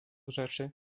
rzeczy